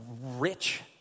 rich